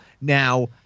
Now